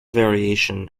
variation